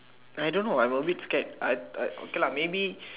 I don't know I probably scared I I okay lah maybe